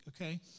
okay